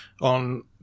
on